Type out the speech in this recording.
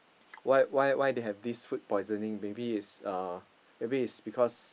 why why why they have this food poisoning maybe is uh maybe it's because